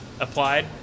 applied